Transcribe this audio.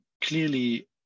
clearly